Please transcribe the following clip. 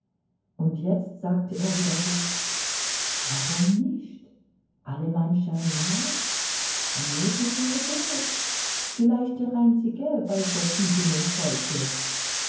und jetzt sagte er wiederholt warum nicht allem anschein nach ein möglicher weg vielleicht der einzige bei so viehdummem volke